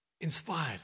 inspired